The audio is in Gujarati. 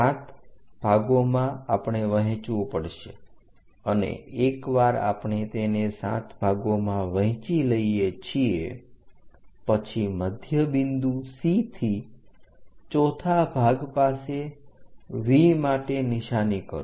7 ભાગોમાં આપણે વહેંચવું પડશે અને એકવાર આપણે તેને 7 ભાગોમાં વહેંચી લઈએ છીએ પછી મધ્યબિંદુ C થી ચોથા ભાગ પાસે V માટે નિશાની કરો